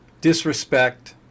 disrespect